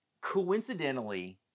coincidentally